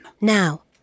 Now